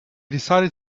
decided